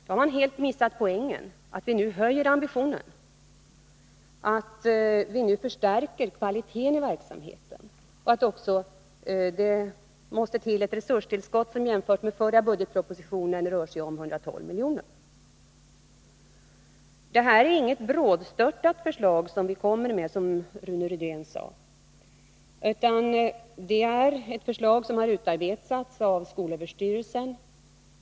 Då har man helt missat poängen — att vi nu höjer ambitionen, att vi förstärker kvaliteten i verksamheten och att det måste till ett resurstillskott som jämfört med vad som angavs i förra budgetpropositionen rör sig om 112 milj.kr. Det är inte, som Rune Rydén sade, något brådstörtat förslag som vi här kommer med. Det är ett förslag som har utarbetats av skolöverstyrelsen.